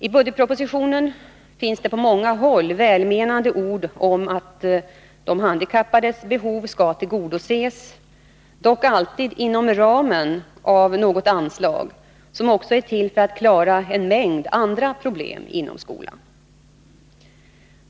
I budgetpropositionen finns på många håll välmenande ord om att de handikappades behov skall tillgodoses, dock alltid inom ramen för något anslag som också är till för att klara en mängd andra behov inom skolan.